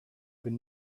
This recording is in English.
been